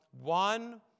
one